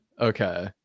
okay